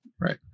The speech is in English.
right